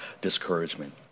discouragement